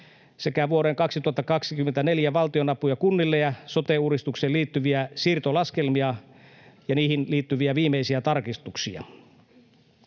vuoden 2024 valtionapuja kunnille ja sote-uudistukseen liittyviä siirtolaskelmia ja niihin liittyviä viimeisiä tarkistuksia.